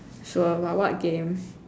sure what what game